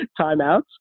timeouts